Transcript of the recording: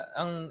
ang